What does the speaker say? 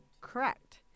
Correct